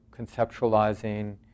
conceptualizing